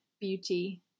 beauty